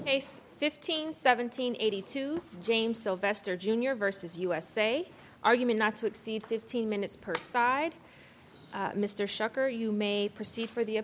case fifteen seventeen eighty two james sylvester jr versus usa argument not to exceed fifteen minutes per side mr shakur you may proceed for the